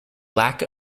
lack